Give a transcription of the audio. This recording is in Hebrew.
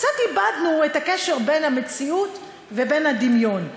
קצת אבדנו את הקשר בין המציאות ובין הדמיון.